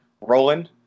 rolling